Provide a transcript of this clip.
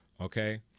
okay